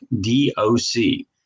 D-O-C